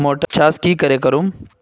Motor चास की करे करूम?